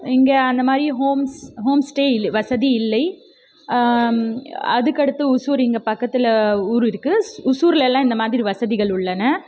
இங்கே அந்தமாதிரி homes home stay இல் வசதி இல்லை அதுக்கடுத்து ஒசூர் இங்கே பக்கத்தில் ஊர் இருக்கு ஒசூர்லல்லாம் இந்தமாதிரி வசதிகள் உள்ளன